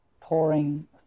pouring